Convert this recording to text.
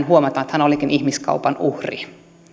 huomataan että hän olikin ihmiskaupan uhri